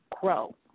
grow